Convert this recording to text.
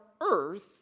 earth